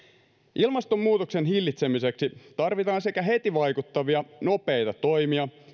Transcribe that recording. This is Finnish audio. ilmastonmuutoksen hillitsemiseksi tarvitaan sekä heti vaikuttavia nopeita toimia